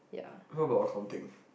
what about accounting